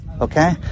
Okay